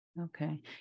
okay